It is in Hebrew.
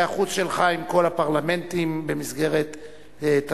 החוץ שלך עם כל הפרלמנטים במסגרת תפקידיך.